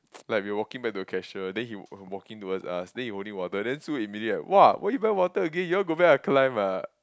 like we were walking back to the cashier then he he walking towards us then he holding water then Sue immediate !wah! why you buy water again you want go back ah